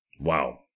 Wow